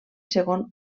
segon